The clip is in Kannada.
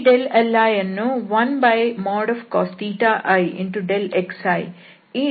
ಈ li ಅನ್ನು 1cos i xi ಈ ಡಿಫರೆನ್ಸಿಯಲ್ ಅಂಶ ದಿಂದ ಬದಲಾಯಿಸಬಹುದು